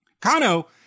Kano